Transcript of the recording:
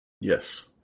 Yes